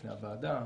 בפני הוועדה,